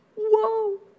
Whoa